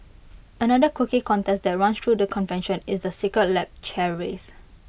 another quirky contest that runs through the convention is the secret lab chair race